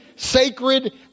sacred